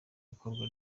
ikorwa